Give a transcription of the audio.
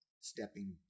stepping